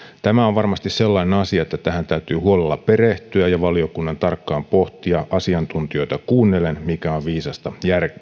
tämä on varmasti sellainen asia että tähän täytyy huolella perehtyä ja valiokunnan tarkkaan pohtia asiantuntijoita kuunnellen mikä on viisasta